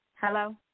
Hello